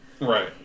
Right